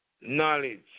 Knowledge